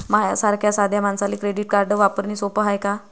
माह्या सारख्या साध्या मानसाले क्रेडिट कार्ड वापरने सोपं हाय का?